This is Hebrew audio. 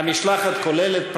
המשלחת כוללת,